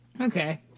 Okay